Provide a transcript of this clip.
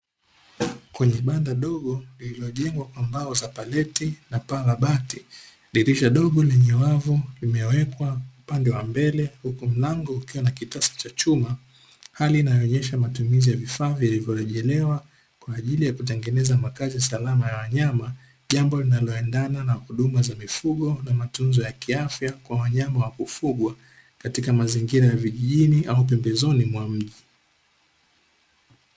Kwenye banda dogo lililojengwa kwa mbao za parete na paa la bahati dirisha dogo limewekwa upande wa mbele uku mlango ukiwa na kitasa cha chuma hali inayoonyesha kutengeneza vifaa vilivyolejerewa kwaajili ya makazi salama ya wanyama jambo linaloendana na huduma za mifugo na matunzo ya kiafya kwa wanyama wa kufugwa katika mazingira ya vijijini au pembezoni mwa mji.